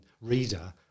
reader